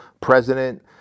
president